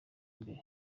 imbere